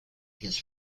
his